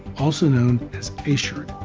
also known as aschird.